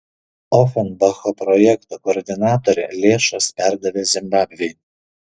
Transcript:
ofenbacho projekto koordinatorė lėšas perdavė zimbabvei